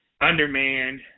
undermanned